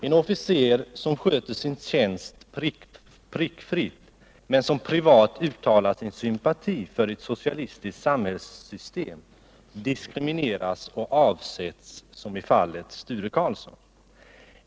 En officer som sköter sin tjänst prickfritt, men som privat uttalar sin sympati för ett socialistiskt samhällssystem, diskrimineras och avsätts — som i fallet Sture Karlsson.